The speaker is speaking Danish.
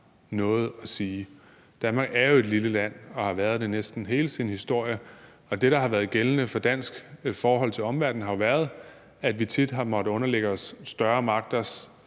noget at sige. Danmark er jo et lille land og har været det næsten hele sin historie, og det, der har været gældende for det danske forhold til omverdenen, har været, at vi tit har måttet underlægge os større magters